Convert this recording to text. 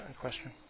Question